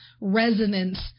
resonance